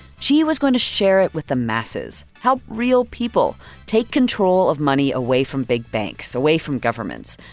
she was going to share it with the masses, help real people take control of money away from big banks, away from governments.